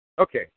Okay